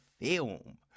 film